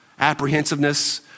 Apprehensiveness